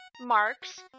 marks